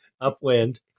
upwind